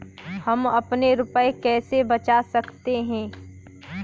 हम अपने रुपये कैसे बचा सकते हैं?